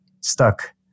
stuck